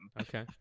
Okay